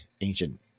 ancient